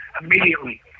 immediately